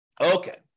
Okay